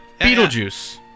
Beetlejuice